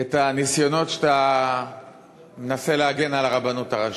את הניסיונות שלך להגן על הרבנות הראשית.